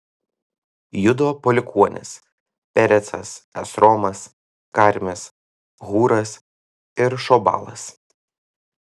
judo palikuonys perecas esromas karmis hūras ir šobalas